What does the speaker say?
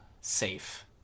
safe